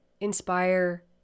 inspire